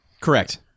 Correct